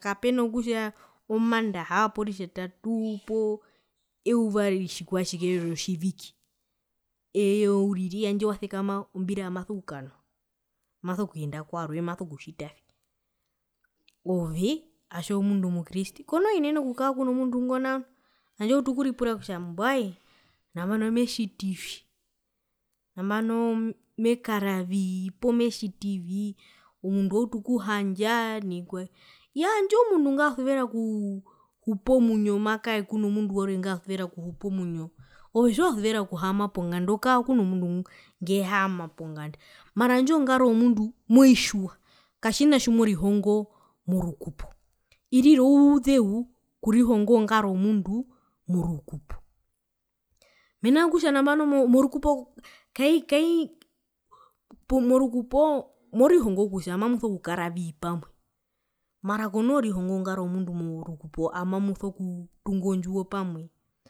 kapeno kutja omandaha poo ritjatatuu poo euva tjikwatjike rotjivike eye uriri tjandje wasekama maso kuyenda kwarwe ombira maso kukanwa maso kuyenda kwarwe maso kutjitavi ove otja omundu omukriste komenene okukaa kuno mundu ngo nao handje wautu okuripura kutja mbwae nambano metjitivi nambano mekaravii poo metjitivii omundu wautu okuhandjaa noo vikwae iyaa handje oomundu ngwasuvera okuhupa omuwinyo makae kuno mundu warwe ngasuvera okuhupa omwinyo ove tjiwasuvera okuhaama ponganda okaa kuno mundu ngehaama ponganda mara handje ongaro yomundu moitjiwa katjina tjimorihongo morukupo irira ouzeu okurihonga ongaro yomundu morukupo mena rokutja nambano morukupo kai kai morukupoo morihongo kutja mamuso kukaravii pamwe mara komoorihongongaro yomundu morukupo amamuso kutunga ondjiwo pamwe.